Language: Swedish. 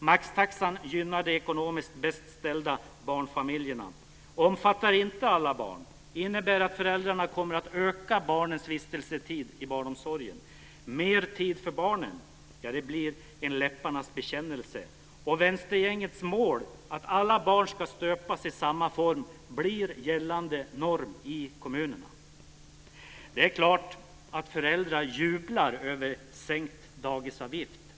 Maxtaxan gynnar de ekonomiskt bäst ställda barnfamiljerna, omfattar inte alla barn, innebär att föräldrarna kommer att öka barnens vistelsetid i barnomsorgen. Mer tid för barnen blir en läpparnas bekännelse, och vänstergängets mål att alla barn ska stöpas i samma form blir gällande norm i kommunerna. Det är klart att föräldrar jublar över sänkt dagisavgift.